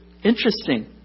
Interesting